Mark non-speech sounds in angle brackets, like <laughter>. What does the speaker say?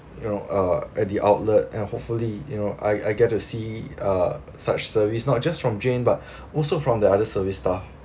you know uh at the outlet and hopefully you know I I get to see uh such service not just from jane but <breath> also from the other service staff